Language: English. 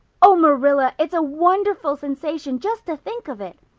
oh, marilla, it's a wonderful sensation just to think of it.